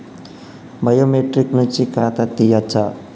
Biometric నుంచి ఖాతా తీయచ్చా?